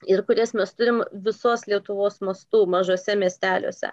ir kurias mes turim visos lietuvos mastu mažuose miesteliuose